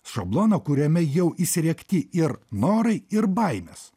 šabloną kuriame jau įsriegti ir norai ir baimės